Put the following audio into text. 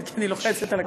הכנסת איילת נחמיאס ורבין,